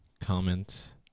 Comment